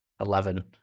eleven